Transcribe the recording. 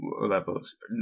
levels